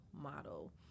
model